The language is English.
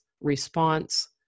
response